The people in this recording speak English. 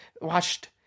watched